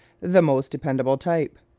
the most dependable type